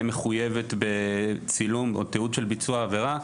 מחויבת בצילום או תיעוד של ביצוע עבירה.